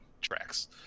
tracks